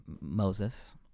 Moses